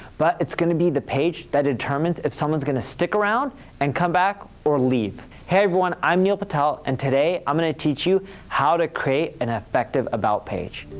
but it's going to be the page that determines if someone's going to stick around and come back, or leave. hey, everyone. i'm neil patel, and today i'm going to teach you how to create an effective about page.